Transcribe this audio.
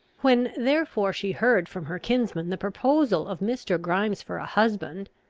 when therefore she heard from her kinsman the proposal of mr. grimes for a husband,